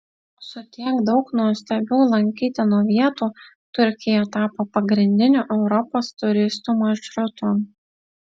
su tiek daug nuostabių lankytinų vietų turkija tapo pagrindiniu europos turistų maršrutu